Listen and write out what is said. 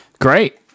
Great